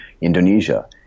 Indonesia